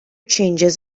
changes